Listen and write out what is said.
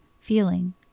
feeling